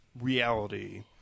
reality